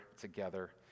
together